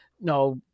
no